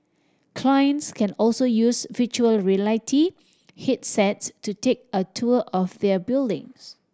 clients can also use virtual reality headsets to take a tour of their buildings